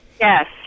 Yes